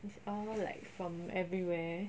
it's like from everywhere